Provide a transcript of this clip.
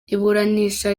iburanisha